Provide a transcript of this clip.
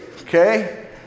okay